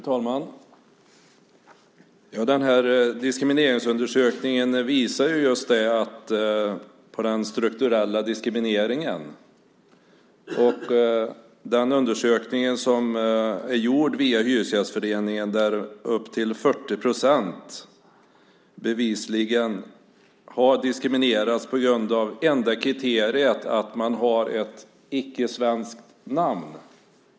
Fru talman! Den här diskrimineringsundersökningen visar just på den strukturella diskrimineringen. I den undersökning som är gjord via Hyresgästföreningen har upp till 40 procent bevisligen diskriminerats på grund av det enda kriteriet att de har ett icke-svenskt namn.